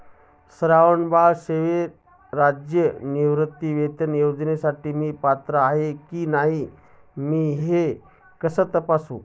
श्रावणबाळ सेवा राज्य निवृत्तीवेतन योजनेसाठी मी पात्र आहे की नाही हे मी कसे तपासू?